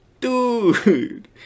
dude